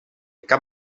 cap